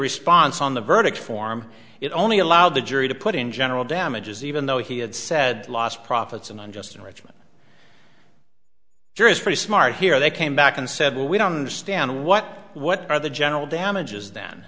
response on the verdict form it only allowed the jury to put in general damages even though he had said lost profits and unjust enrichment jurors pretty smart here they came back and said well we don't understand what what are the general damages then